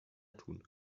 tun